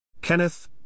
Kenneth